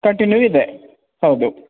continue ಇದೆ ಹೌದು